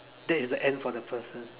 that is the end for the person